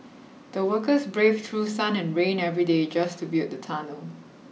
the workers braved through sun and rain every day just to build the tunnel